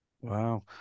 Wow